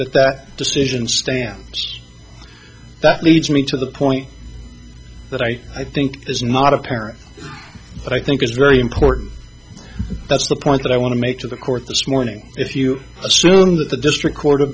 that that decision stands that leads me to the point that i i think this is not apparent but i think it's very important that's the point that i want to make to the court this morning if you assume that the district